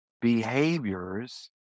behaviors